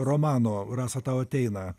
romanų rasa tau ateina